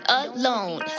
alone